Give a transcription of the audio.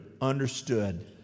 understood